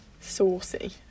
Saucy